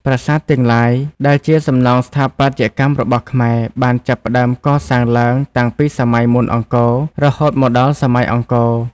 ប្រាសាទទាំងឡាយ ដែលជាសំណង់ស្ថាបត្យកម្មរបស់ខ្មែរបានចាប់ផ្តើមកសាង ឡើងតាំងពីសម័យមុនអង្គរ រហូតមកដល់សម័យអង្គរ។